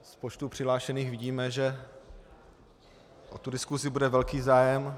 Z počtu přihlášených vidíme, že o diskusi bude velký zájem.